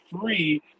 free